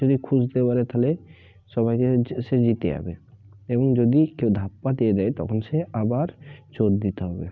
যদি খুঁজতে পারে তাহলে সবাইকে যে সে জিতে যাবে এবং যদি কেউ ধাপ্পা দিয়ে দেয় তখন সে আবার চোর দিতে হবে